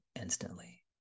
instantly